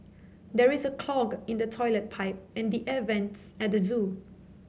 there is a clog in the toilet pipe and the air vents at the zoo